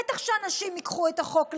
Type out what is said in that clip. בטח שאנשים ייקחו את החוק לידיים.